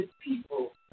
people